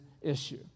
issue